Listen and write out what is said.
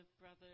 brother